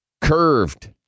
curved